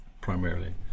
primarily